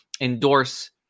endorse